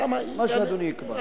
מה שאדוני יקבע.